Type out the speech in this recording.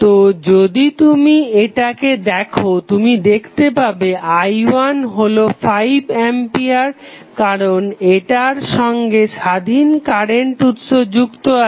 তো যদি তুমি এটাকে দেখো তুমি দেখতে পাবে i1 হলো 5 আম্পিয়ার কারণ এটার সঙ্গে স্বাধীন কারেন্ট উৎস যুক্ত আছে